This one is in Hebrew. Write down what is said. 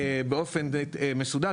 באופן די מסודר.